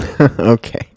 Okay